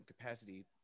capacity